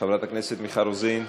חברת הכנסת מיכל רוזין,